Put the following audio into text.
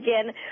again